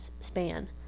span